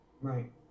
Right